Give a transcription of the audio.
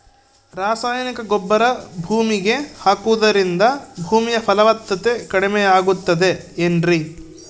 ರಾಸಾಯನಿಕ ಗೊಬ್ಬರ ಭೂಮಿಗೆ ಹಾಕುವುದರಿಂದ ಭೂಮಿಯ ಫಲವತ್ತತೆ ಕಡಿಮೆಯಾಗುತ್ತದೆ ಏನ್ರಿ?